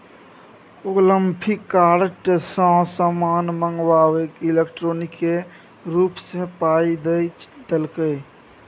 ओ Flipkart सँ समान मंगाकए इलेक्ट्रॉनिके रूप सँ पाय द देलकै